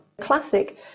Classic